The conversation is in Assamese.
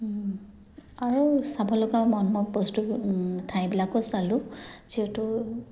আৰু চাবলগা বস্তুব ঠাইবিলাকো চালোঁ যিহেতু